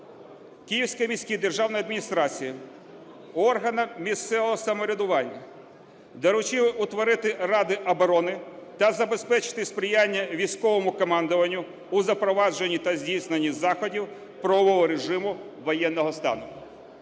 Київській міській державній адміністрації, органам місцевого самоврядування доручили утворити ради оборони та забезпечити сприяння військовому командуванню у запровадженні та здійсненні заходів правового режиму воєнного стану.